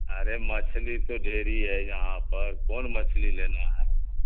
ارے مچھلی تو ڈھیر ہی ہے یہاں پر کون مچھلی لینا ہے آپ کو